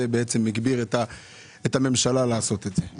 באמת הגביר את הממשלה לעשות את זה.